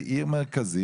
בעלז זה עיר מרכזית,